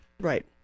Right